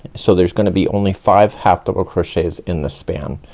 so there's gonna be only five half double crochets in the span.